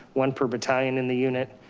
one per battalion in the unit.